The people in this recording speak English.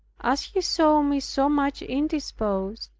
as he saw me so much indisposed,